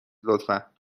لطفا